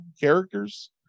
characters